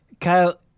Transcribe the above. Kyle